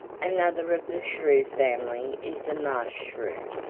another of the shrew family is the marsh shrew,